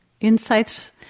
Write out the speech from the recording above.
Insights